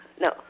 No